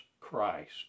Christ